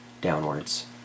downwards